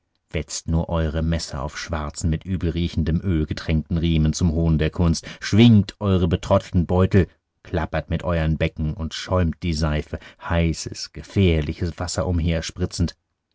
wetzt nur eure messer auf schwarzen mit übelriechendem öl getränkten riemen zum hohn der kunst schwingt eure betroddelten beutel klappert mit euern becken und schäumt die seife heißes gefährliches wasser